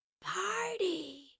party